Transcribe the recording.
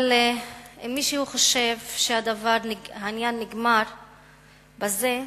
אבל אם מישהו חושב שהעניין נגמר בזה,